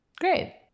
Great